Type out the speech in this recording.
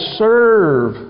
serve